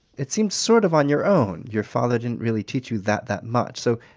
it seems, sort of on your own. your father didn't really teach you that, that much. so,